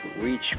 reach